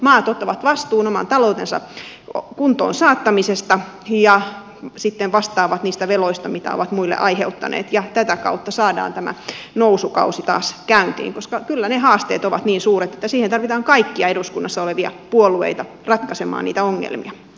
maat ottavat vastuun oman taloutensa kuntoonsaattamisesta ja sitten vastaavat niistä veloista joita ovat muille aiheuttaneet ja tätä kautta saadaan tämä nousukausi taas käyntiin koska kyllä ne haasteet ovat niin suuret että tarvitaan kaikkia eduskunnassa olevia puolueita ratkaisemaan niitä ongelmia